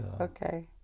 okay